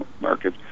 market